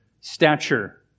stature